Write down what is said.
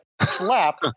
slap